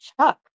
Chuck